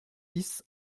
dix